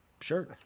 Sure